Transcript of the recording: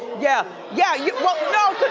yeah yeah, yeah, well no,